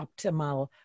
optimal